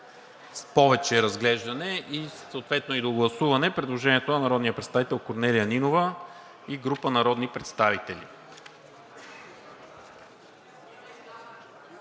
до повече разглеждане, съответно и до гласуване предложението на народния представител Корнелия Нинова и група народни представители.